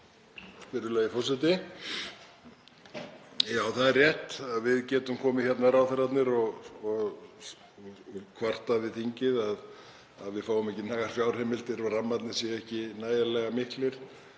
Virðulegi forseti. Já, það er rétt. Við getum komið hérna, ráðherrarnir, og kvartað við þingið um að við fáum ekki nægar fjárheimildir og rammarnir séu ekki nægjanlega miklir